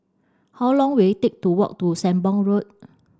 how long will it take to walk to Sembong Road